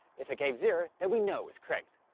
if it gave zero then we know it was correct.